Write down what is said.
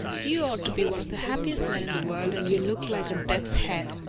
you ought to be one of the happiest men in the world, and you look like a death's-head.